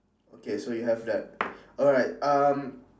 okay so you have that alright um